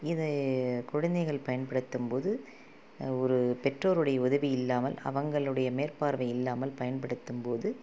இது குழந்தைகள் பயன்படுத்தும் போது ஒரு பெற்றோருடைய உதவி இல்லாமல் அவர்களுடைய மேற்பார்வை இல்லாமல் பயன்படுத்தும் போது